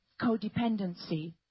codependency